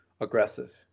aggressive